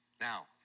Now